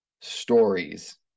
stories